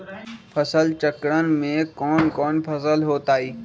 फसल चक्रण में कौन कौन फसल हो ताई?